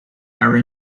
are